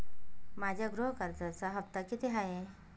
माझ्या गृह कर्जाचा हफ्ता किती आहे?